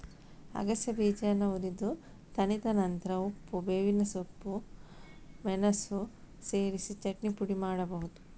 ಅಗಸೆ ಬೀಜಾನ ಹುರಿದು ತಣಿದ ನಂತ್ರ ಉಪ್ಪು, ಬೇವಿನ ಸೊಪ್ಪು, ಮೆಣಸು ಸೇರಿಸಿ ಚಟ್ನಿ ಪುಡಿ ಮಾಡ್ಬಹುದು